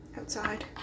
outside